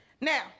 Now